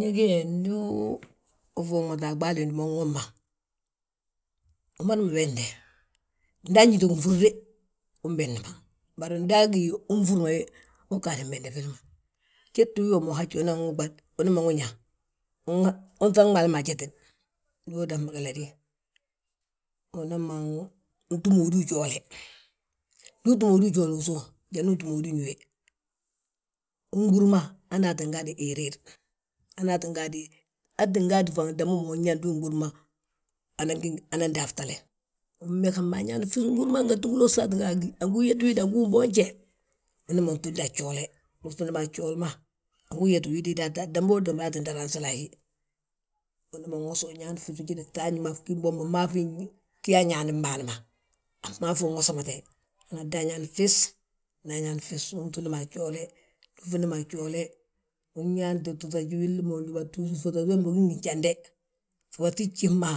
Ñég he, ndu ufuuŋmate a ɓaali wiindi ma unwomma, umadama besnde, nda añiti nfurre, ubesndi ma. Bari nda gí unfúrima uu ggadi mbesndi filli ma, jeti wi wom unan wi ɓad, umanan wi ñaa, unŧagma hala ma ajetini. Ndu udasma giladí, unaman túm wédu ujoole, ndu utúm wédi ujoole usów, jandi untúm wédi uñúwe. Unɓúrma hanaa tti gaade heroor, hanti gaadi fan damba ma unyaa ndu uɓúrma, anan daftale, ummegesma añaani fis, unɓúrma hanganti wiloosi aa ttin ga a gí, angu ugeti wid, angú uboonje. Umana ŧuunda a gjoole, ndu usula ma mo a gjooli ma, agú uyeti wid, damba dambaa tti derensele a hí. Uman wosa uñaani fis, ujédi fŧafñi ma, fgim bo fmaafi giyaa añaanim bâan ma. A fmaafi unwosamate, hana adan ñaani, nda añaani fis, untúmma a gjoole, unŧunda ma a gjoole. Unyaanti fuŧaji willi ma undúbatu, fuŧaji wembe wi gí ngi gjande, gfuŧaji gjif ma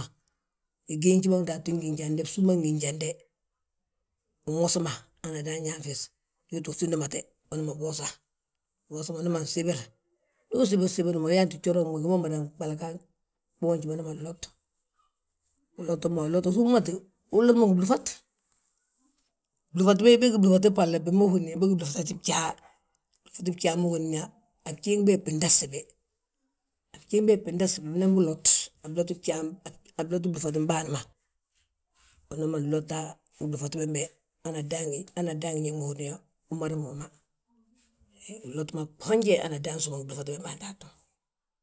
ngi giinji ma gdaatu ngi gjaande, bsúm ma ngi njande. Unwosa hana adan ñaan fis, we wéeti uŧundamate umanan wosa, uwosama umanan sibir. Ndu usibirsibirma uyaanti gjooraŋ ma, gima umadan ɓalaga, uboonji ma umanan lot, ulotima usúmmati, unlotima ngi blúŧat. Flúŧat be begí blúŧat balla, bima húrn yaa bégi blúŧati bjaa. Blúŧati bjaa ma húrin yaa, a bjéŋ beebi bindastibi, a bjéŋ bembi bindastibi, binan bilot, a blotin bjaa, a blotim blúŧatim bâan ma. Umana lota a blúŧat bembe, hana dan gí ñe ma húrin yaa umadama woma, ulotima gboonje hana adan soli a flúŧat bembe andaatu.